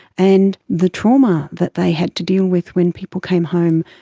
and the trauma that they had to deal with when people came home,